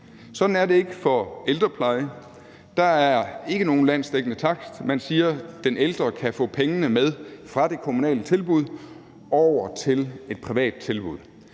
Sådan er det ikke i ældreplejen. Der er ikke nogen landsdækkende takst. Man siger, at den ældre kan få pengene med fra det kommunale tilbud over til et privat tilbud.